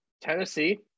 Tennessee